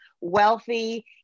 wealthy